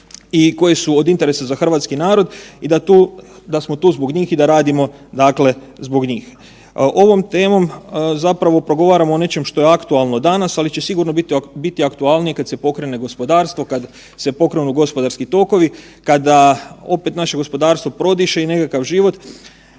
i koje su od interesa za hrvatski narod i da smo tu zbog njih i da radimo, dakle zbog njih. Ovom temom zapravo progovaramo o nečem što je aktualno danas, ali će sigurno biti aktualnije kad se pokrene gospodarstvo, kad se pokrenu gospodarski tokovi, kada opet naše gospodarstvo prodiše i nekakav život,